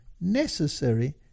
necessary